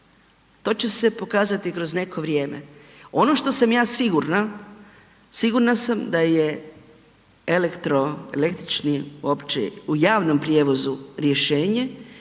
to će se pokazati kroz neko vrijeme. Ono što sam ja sigurna, sigurna sam da je elektro, električni uopće u javnom prijevozu rješenje